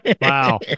Wow